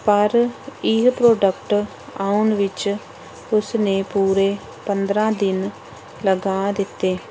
ਪਰ ਇਹ ਪ੍ਰੋਡਕਟ ਆਉਣ ਵਿੱਚ ਉਸਨੇ ਪੂਰੇ ਪੰਦਰਾਂ ਦਿਨ ਲਗਾ ਦਿੱਤੇ